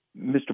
Mr